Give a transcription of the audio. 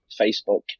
Facebook